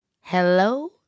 Hello